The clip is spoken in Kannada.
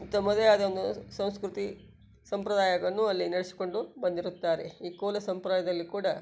ತಮ್ಮದೇ ಆದ ಒಂದು ಸಂಸ್ಕೃತಿ ಸಂಪ್ರದಾಯಗಳನ್ನು ಅಲ್ಲಿ ನೆಡ್ಸಿಕೊಂಡು ಬಂದಿರುತ್ತಾರೆ ಈ ಕೋಲ ಸಂಪ್ರಾಯದಲ್ಲಿ ಕೂಡ